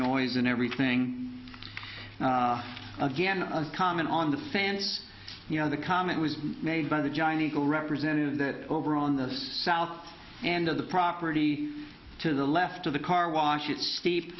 noise and everything again common on the sands you know the comment was made by the giant eagle represented that over on this south and of the property to the left of the car wash it steep